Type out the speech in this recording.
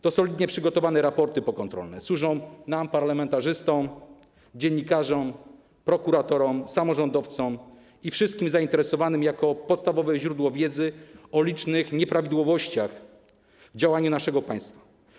Te solidnie przygotowane raporty pokontrolne służą nam, parlamentarzystom, dziennikarzom, prokuratorom, samorządowcom i wszystkim zainteresowanym za podstawowe źródło wiedzy o licznych nieprawidłowościach działania naszego państwa.